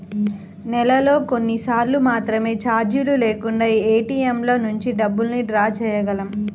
నెలలో కొన్నిసార్లు మాత్రమే చార్జీలు లేకుండా ఏటీఎంల నుంచి డబ్బుల్ని డ్రా చేయగలం